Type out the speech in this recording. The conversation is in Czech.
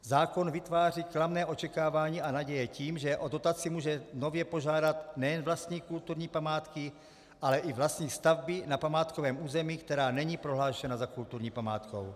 Zákon vytváří klamné očekávání a naděje tím, že o dotaci může nově požádat nejen vlastník kulturní památky, ale i vlastník stavby na památkovém území, která není prohlášena za kulturní památku.